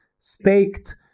Staked